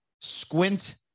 squint